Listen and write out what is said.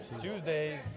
Tuesdays